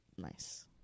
Nice